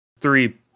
three